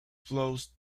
flows